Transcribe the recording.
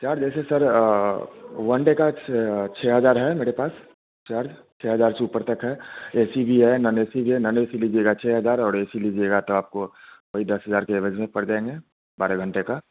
sir जैसे sir one day का छः छः हज़ार है मेरे पास सर छः हज़ार से ऊपर तक है ए सी भी है नोन ए सी भी है नोन ए सी लीजिएगा छः हज़ार और ए सी लीजिएगा तो आपको वही दस हज़ार के एवरेज में पड़ जाएँगे बारह घंटे का